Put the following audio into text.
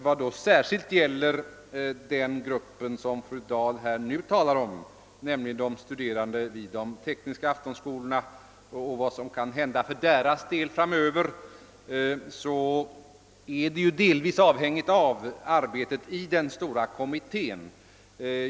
Vad särskilt gäller den grupp som fru Dahl nu tagit upp, nämligen de studerande vid de tekniska aftonskolorna och deras utsikter att erhålla studiestöd på sikt vill jag säga att dessa frågors besvarande delvis är avhängiga av arbetet inom den stora kommittén.